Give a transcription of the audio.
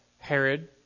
Herod